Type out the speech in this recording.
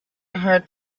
her